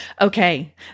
Okay